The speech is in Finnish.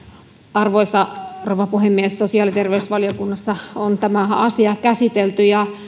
arvoisa rouva puhemies sosiaali ja terveysvaliokunnassa on tämä asia käsitelty ja